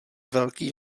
velký